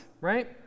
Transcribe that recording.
right